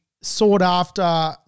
sought-after